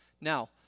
Now